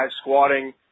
squatting